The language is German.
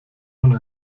man